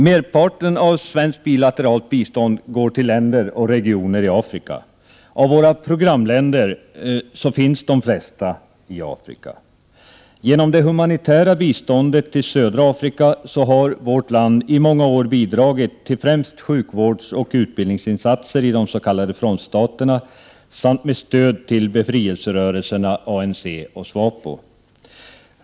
Merparten av svenskt bilateralt bistånd går till länder och regioner i Afrika. Av våra programländer finns de flesta i den världsdelen. Genom det humanitära biståndet till södra Afrika har vårt land i många år bidragit till främst sjukvårdsoch utbildningsinsatser i de s.k. frontstaterna samt stöd till befrielserörelserna ANC och SWAPO.